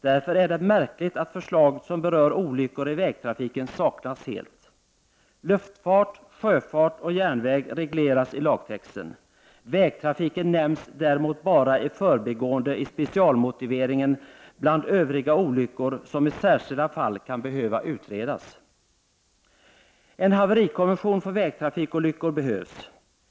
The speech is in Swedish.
Därför är det märkligt att förslag som berör olyckor i vägtrafiken saknas helt. Luftfart, sjöfart och järnväg regleras i lagtexten. Vägtrafiken nämns däremot bara i förbigående i specialmotiveringen bland övriga olyckor som i särskilda fall kan behöva utredas. En haverikommission för vägtrafikolyckor behövs.